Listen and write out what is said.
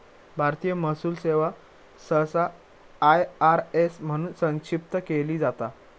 भारतीय महसूल सेवा सहसा आय.आर.एस म्हणून संक्षिप्त केली जाता